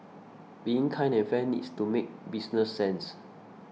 being kind and fair needs to make business sense